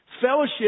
Fellowship